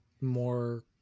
more